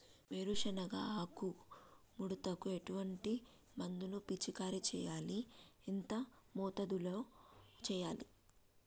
వేరుశెనగ ఆకు ముడతకు ఎటువంటి మందును పిచికారీ చెయ్యాలి? ఎంత మోతాదులో చెయ్యాలి?